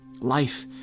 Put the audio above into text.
life